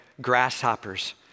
grasshoppers